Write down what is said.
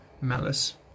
malice